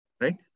right